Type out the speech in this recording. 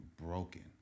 broken